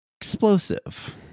explosive